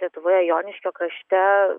lietuvoje joniškio krašte